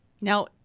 Now